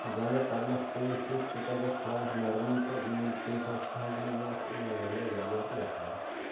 گَنٛڈٕ تَلنَس سۭتۍ سۭتۍ کوٗتاہ گژھِ ہاکھ نَرمُن تہٕ کُنہِ ساتہٕ چھُ حظ مےٚ یَتھ واریاہ گَڑ بَڑٕ تہِ گژھان